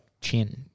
chin